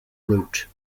route